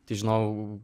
tai žinojau